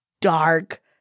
dark